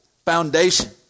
foundation